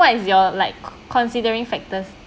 what is your like co~ considering factors